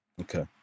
Okay